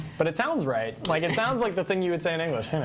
but it sounds right. like it sounds like the thing you would say in english.